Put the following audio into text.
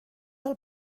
del